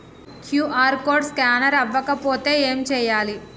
QR code scanner అవ్వకపోతే ఏం చేయాలి?